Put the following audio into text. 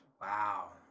Wow